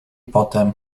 potem